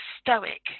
stoic